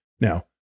Now